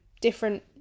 different